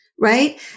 Right